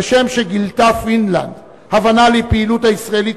כשם שגילתה פינלנד הבנה לפעילות הישראלית